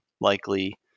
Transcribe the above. likely